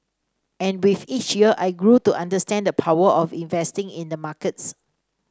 and with each year I grew to understand the power of investing in the markets